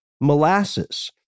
molasses